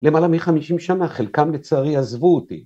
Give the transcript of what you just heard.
למעלה מחמישים שנה חלקם לצערי עזבו אותי